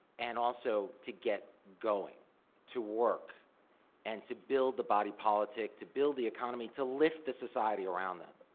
and also, to get going to work and to build the body politic, to build the economy, to lift the society around them.